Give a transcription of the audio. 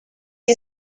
you